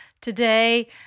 today